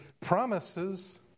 promises